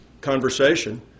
conversation